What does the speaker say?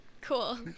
Cool